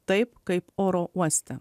taip kaip oro uoste